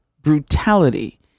brutality